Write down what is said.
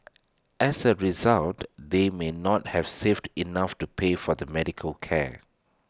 as A result they may not have saved enough to pay for their medical care